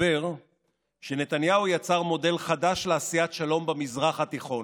מסתבר שנתניהו יצר מודל חדש לעשיית שלום במזרח התיכון: